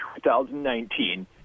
2019